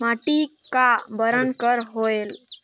माटी का बरन कर होयल?